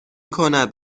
کند